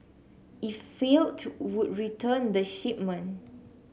if failed to would return the shipment